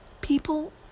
people